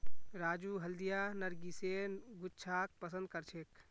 राजू हल्दिया नरगिसेर गुच्छाक पसंद करछेक